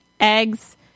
eggs